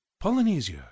polynesia